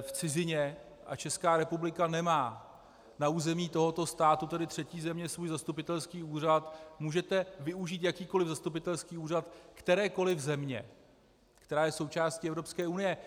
v cizině a Česká republika nemá na území tohoto státu, tedy třetí země, svůj zastupitelský úřad, můžete využít jakýkoli zastupitelský úřad kterékoli země, která je součástí Evropské unie.